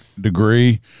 degree